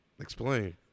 Explain